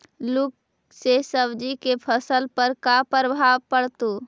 लुक से सब्जी के फसल पर का परभाव पड़तै?